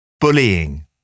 bullying